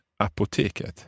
apoteket